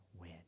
win